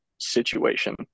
situation